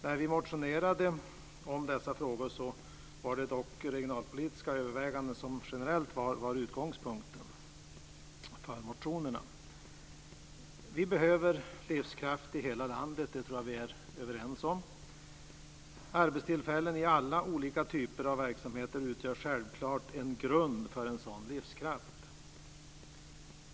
När vi motionerade om dessa frågor var det regionalpolitiska överväganden som generellt var utgångspunkten för motionerna. Det behövs livskraft i hela landet; det tror jag att vi är överens om. Arbetstillfällen i alla olika typer av verksamheter utgör självklart en grund för denna livskraft.